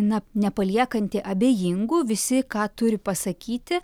na nepaliekanti abejingų visi ką turi pasakyti